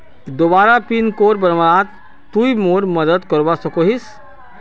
दोबारा pin code बनवात तुई मोर मदद करवा सकोहिस?